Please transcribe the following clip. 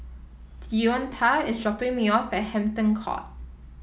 Deonta is dropping me off at Hampton Court